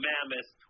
Mammoth